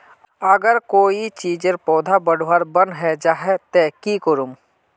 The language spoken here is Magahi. अगर कोई चीजेर पौधा बढ़वार बन है जहा ते की करूम?